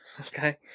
Okay